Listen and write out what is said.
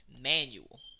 manual